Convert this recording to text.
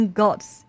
gods